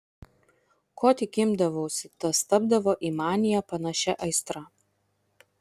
ko tik imdavausi tas tapdavo į maniją panašia aistra